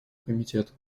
комитета